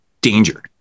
danger